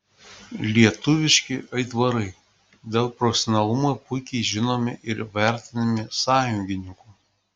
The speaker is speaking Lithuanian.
lietuviški aitvarai dėl profesionalumo puikiai žinomi ir vertinami sąjungininkų